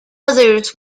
others